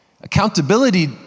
Accountability